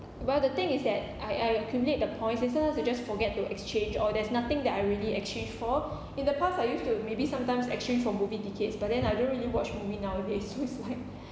well the thing is that I I accumulate the points just forget to exchange or there's nothing that I really exchange for in the past I used to maybe sometimes exchange for movie tickets but then I don't really watch movie nowadays so it's like